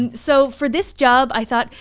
and so for this job, i thought,